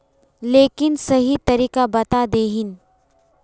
लेकिन सही तरीका बता देतहिन?